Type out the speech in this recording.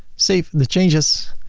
save the changes.